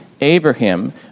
Abraham